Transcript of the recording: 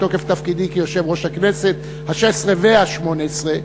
בתוקף תפקידי כיושב-ראש הכנסת השש-עשרה והשמונה-עשרה,